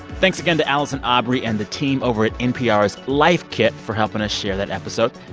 thanks again to allison aubrey and the team over at npr's life kit for helping us share that episode.